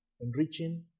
Enriching